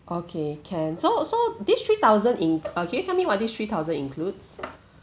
okay can so so this three thousand in uh can you tell me what this three thousand includes